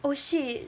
oh shit